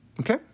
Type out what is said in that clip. okay